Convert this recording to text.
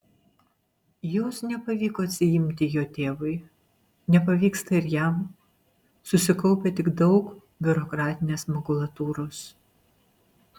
jos nepavyko atsiimti jo tėvui nepavyksta ir jam susikaupia tik daug biurokratinės makulatūros